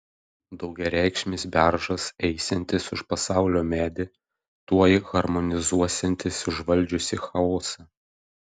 daugiareikšmis beržas eisiantis už pasaulio medį tuoj harmonizuosiantis užvaldžiusį chaosą